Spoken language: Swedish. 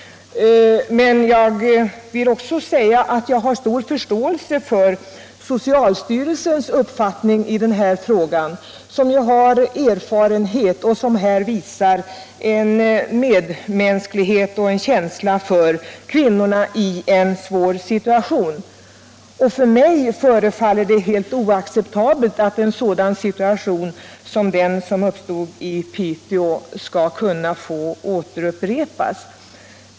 Men jag vill också säga att jag har stor förståelse för socialstyrelsens uppfattning i denna fråga, som baseras på erfarenhet och där man visar medmänsklighet och känsla för kvinnor i en svår situation. För mig förefaller det helt oacceptabelt att en sådan situation som den som uppstod i Piteå skall få upprepas.